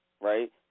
Right